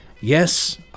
Yes